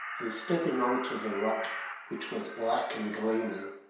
and stepping on to the rock which was black and gleaming,